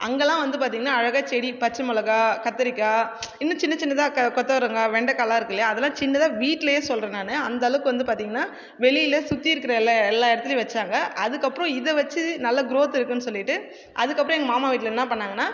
அங்கேலாம் வந்து பார்த்தீங்ன்னா அழகாக செடி பச்சமிளகா கத்திரிக்காய் இன்னும் சின்ன சின்னதாக கொத்தவரங்காய் வெண்டக்காலாம் இருக்குது இல்லையா சின்னதாக வீட்லேயே சொல்கிற நான் அந்தளவுக்கு வந்து பார்த்தீங்ன்னா வெளியில் சுற்றி இருக்கிற எல்லா எல்லா இடத்துலயும் வச்சாங்க அதுக்கப்புறோம் இதை வச்சு நல்ல குரோத் இருக்குனு சொல்லிட்டு அதுக்கப்புறோம் எங்கள் மாமா வீட்டில் என்ன பண்ணாங்கனா